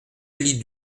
elie